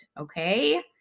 okay